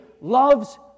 loves